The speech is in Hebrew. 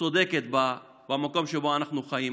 צודקת במקום שבו אנחנו חיים.